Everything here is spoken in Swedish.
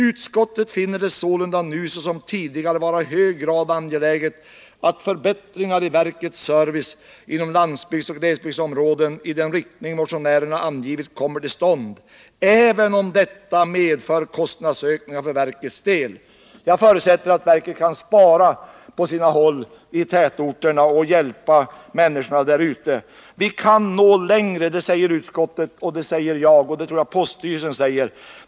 Utskottet finner det sålunda nu såsom tidigare vara i hög grad angeläget att förbättringar i verkets service inom landsbygdsoch glesbygdsområdena i den riktning motionärerna angivit kommer till stånd även om detta medför kostnadsökningar för verkets del.” Jag förutsätter att postverket kan spara in på servicen i tätorterna och i stället hjälpa människorna ute i glesbygderna. Vi kan nå längre, säger utskottet. Det säger också jag, och det tror jag poststyrelsen säger.